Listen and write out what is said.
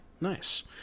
nice